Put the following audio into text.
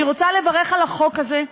אני רוצה לברך על החוק הזה.